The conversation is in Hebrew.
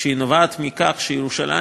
שנובעת מכך שירושלים,